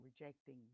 rejecting